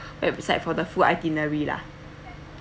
website for the full itinerary lah